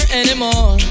anymore